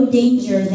danger